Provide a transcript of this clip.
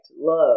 love